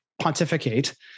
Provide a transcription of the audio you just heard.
pontificate